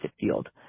field